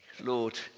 Lord